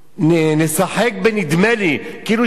כאילו כלפי העולם,